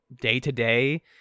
day-to-day